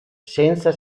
senza